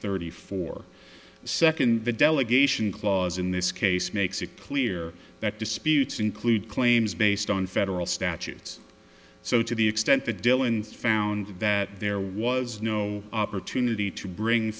thirty four second the delegation clause in this case makes it clear that disputes include claims based on federal statutes so to the extent that dylan found that there was no opportunity to bring